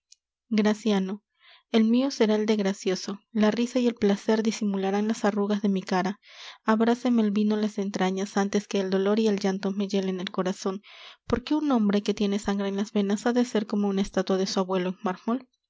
el mio será el de gracioso la risa y el placer disimularán las arrugas de mi cara abráseme el vino las entrañas antes que el dolor y el llanto me hielen el corazon por qué un hombre que tiene sangre en las venas ha de ser como una estatua de su abuelo en mármol